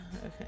Okay